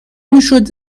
میشد